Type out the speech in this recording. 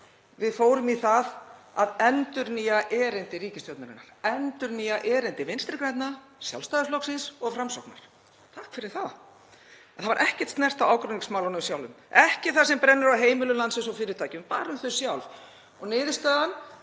Við fórum í það að endurnýja erindi ríkisstjórnarinnar, endurnýja erindi Vinstri grænna, Sjálfstæðisflokks og Framsóknar. Takk fyrir það. Það var ekkert snert á ágreiningsmálunum sjálfum, ekki því sem brennur á heimilum landsins og fyrirtækjum, bara um þau sjálf og niðurstaðan: